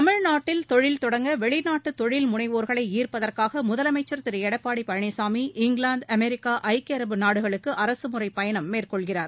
தமிழ்நாட்டில் தொழில்தொடங்க வெளிநாட்டு தொழில்முனைவோர்களை ஈாப்பதற்காக முதலமைச்சர் திரு எடப்பாடி பழனிசாமி இங்கிலாந்து அமெிக்கா மற்றும் ஐக்கிய அரபு நாடுகளுக்கு அரசுமுறை பயணம் மேற்கொள்கிறார்